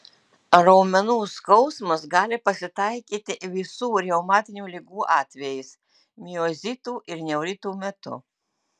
raumenų skausmas gali pasitaikyti visų reumatinių ligų atvejais miozitų ir neuritų metu